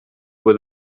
with